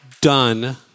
done